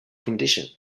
condition